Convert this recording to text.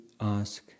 ask